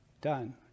done